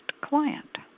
client